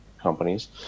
companies